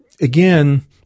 Again